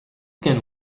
can